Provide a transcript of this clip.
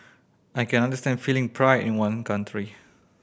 I can understand feeling pride in one country